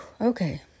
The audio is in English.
Okay